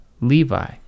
Levi